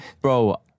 Bro